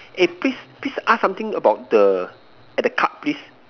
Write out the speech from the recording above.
eh please please ask something about the at the card please